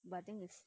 but then is